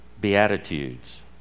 Beatitudes